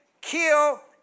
kill